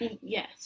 Yes